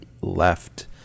left